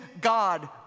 God